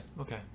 okay